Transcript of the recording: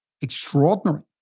extraordinary